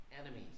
enemies